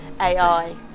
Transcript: ai